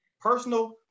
personal